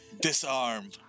disarm